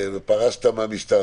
מניחים.